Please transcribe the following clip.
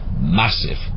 massive